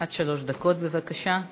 עד שלוש דקות, בבקשה.